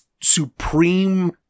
supreme